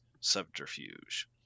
subterfuge